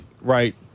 right